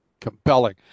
compelling